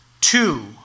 two